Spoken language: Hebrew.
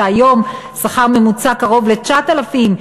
היום שכר ממוצע הוא קרוב ל-9,000,